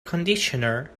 conditioner